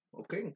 okay